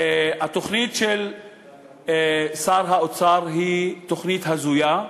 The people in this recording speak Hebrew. התוכנית של שר האוצר היא תוכנית הזויה,